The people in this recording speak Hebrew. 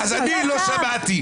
אני לא שמעתי.